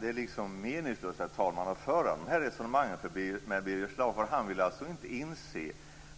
Herr talman! Det är meningslöst att föra de här resonemangen med Birger Schlaug. Han vill inte inse